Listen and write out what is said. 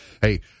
hey